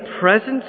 presence